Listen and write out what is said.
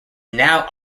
now